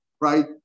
right